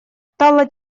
стало